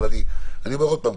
אבל אני אומר עוד פעם,